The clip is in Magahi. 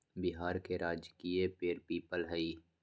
बिहार के राजकीय पेड़ पीपल हई